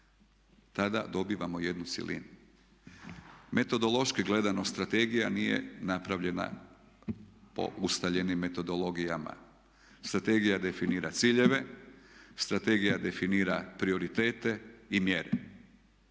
tada dobivamo jednu cjelinu. Metodološki gledano strategija nije napravljena po ustaljenim metodologijama. Strategija definira ciljeve, strategija definira prioritete i mjere.